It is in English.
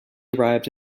arrived